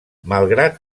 malgrat